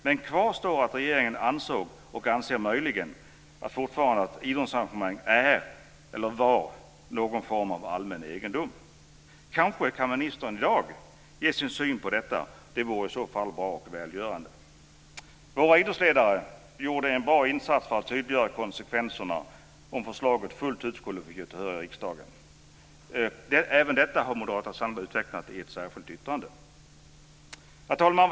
Men kvar står att regeringen ansåg och möjligen fortfarande anser att idrottsarrangemang är eller var någon form av allmän egendom. Kanske kan ministern i dag ge sin syn på detta. Det vore i så fall bra och välgörande. Våra idrottsledare gjorde en bra insats för att tydliggöra konsekvenserna om förslaget fullt ut fått gehör i riksdagen. Även detta har Moderata samlingspartiet utvecklat i ett särskilt yttrande. Fru talman!